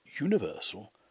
Universal